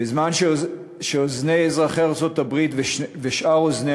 בזמן שאוזני אזרחי ארצות-הברית ושאר אוזני